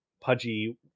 pudgy